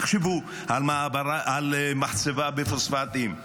תחשבו על מחצבה של פוספטים,